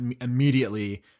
immediately